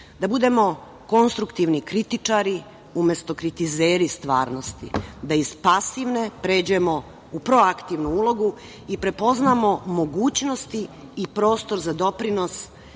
da budemo konstruktivni kritičari, umesto kritizeri stvarnosti, da iz pasivne pređemo u proaktivnu ulogu i prepoznamo mogućnosti i prostor za doprinos